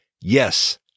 Yes